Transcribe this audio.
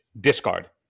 discard